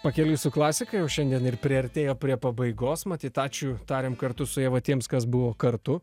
pakeliui su klasika jau šiandien ir priartėjo prie pabaigos matyt ačiū tariam kartu su ieva tiems kas buvo kartu